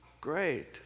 great